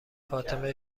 فاطمه